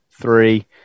three